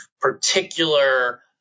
particular